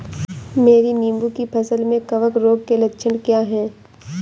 मेरी नींबू की फसल में कवक रोग के लक्षण क्या है?